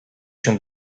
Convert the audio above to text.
się